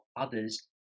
others